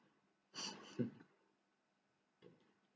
hmm